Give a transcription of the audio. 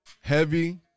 heavy